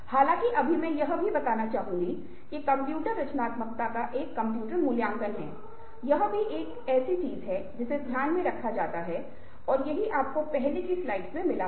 हालांकि अभी मैं यह भी बताना चाहूंगा कि कंप्यूटर रचनात्मकता का एक कंप्यूटर मूल्यांकन है यह भी एक ऐसी चीज है जिसे ध्यान में रखा जाता है और यही आपको पहले की स्लाइड में मिला था